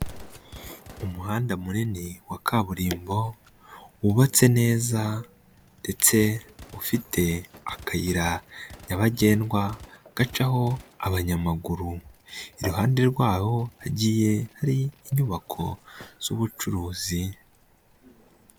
Umuhanda munini wa kaburimbo wubatse neza ndetse ufite akayira nyabagendwa gacaho abanyamaguru, iruhande rwawo hagiye hari inyubako z'ubucuruzi.